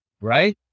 Right